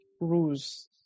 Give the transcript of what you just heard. rules